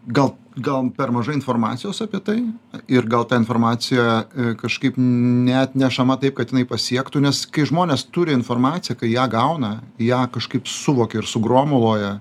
gal gal per mažai informacijos apie tai ir gal ta informacija kažkaip neatnešama taip kad jinai pasiektų nes kai žmonės turi informaciją kai ją gauna ją kažkaip suvokia ir sugromuliuoja